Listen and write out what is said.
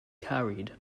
carried